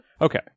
Okay